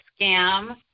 scam